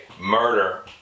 murder